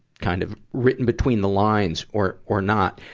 kind of written between the lines or, or not,